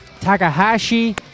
Takahashi